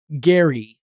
Gary